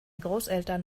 großeltern